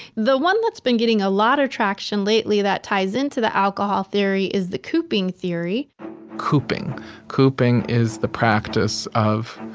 the one that's been getting a lot of traction lately that ties into the alcohol theory is the coping theory coping coping is the practice of.